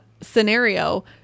scenario